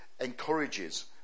encourages